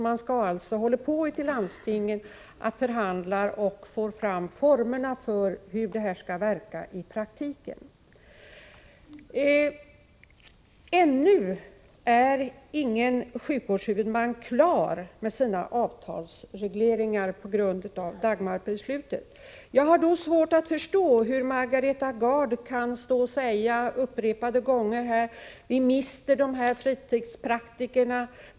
Mån förhandlar ute i landstingen om formerna för hur förslagen skall verka i praktiken. Ännu är ingen sjukvårdshuvudman klar med sina avtalsregleringar på grundval av Dagmarbeslutet. Jag har därför svårt att förstå hur Margareta Gard kan stå här och upprepade gånger säga: Vi mister fritidspraktikerna.